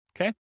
Okay